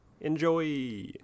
enjoy